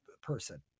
person